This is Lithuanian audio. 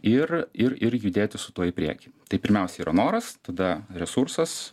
ir ir ir judėti su tuo į priekį tai pirmiausia yra noras tada resursas